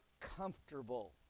comfortable